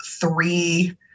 three